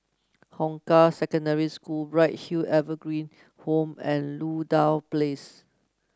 Hong Kah Secondary School Bright Hill Evergreen Home and Ludlow Place